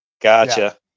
Gotcha